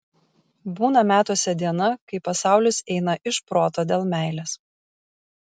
būna metuose diena kai pasaulis eina iš proto dėl meilės